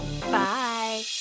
Bye